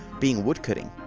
being woodcutting.